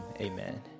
amen